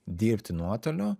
dirbti nuotoliu